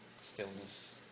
stillness